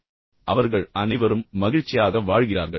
பின்னர் அவர்கள் அனைவரும் மகிழ்ச்சியாக வாழ்கிறார்கள்